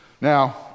Now